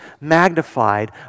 magnified